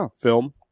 film